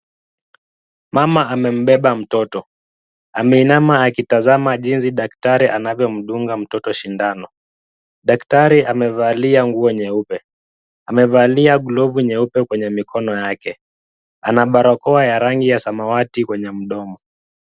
Mama amembeba mtoto. Ameinama akitazama jinsi daktari anavyomdunga mtoto sindano. Daktari amevalia nguo nyeupe. Amevalia glove nyeupe kwenye mikono yake. Ana barakoa ya rangi ya samawati kwenye mdomo.